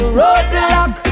roadblock